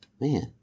Man